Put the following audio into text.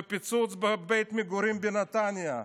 פיצוץ בבית מגורים בנתניה.